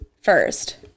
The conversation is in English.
first